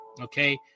okay